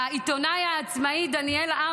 לעיתונאי העצמאי דניאל,